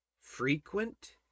frequent